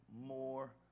more